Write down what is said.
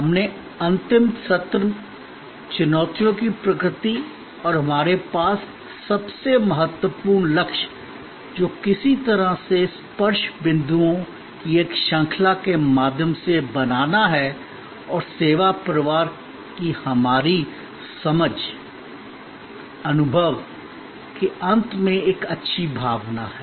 हमने अंतिम सत्र चुनौतियों की प्रकृति और हमारे पास सबसे महत्वपूर्ण लक्ष्य जो किसी तरह से स्पर्श बिंदुओं की एक श्रृंखला के माध्यम से बनाना है और सेवा प्रवाह की हमारी समझ अनुभव के अंत में एक अच्छी भावना है